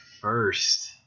first